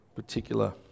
particular